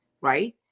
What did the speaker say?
right